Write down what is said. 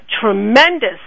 tremendous